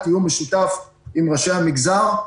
תיאום משותף עם ראשי המגזר,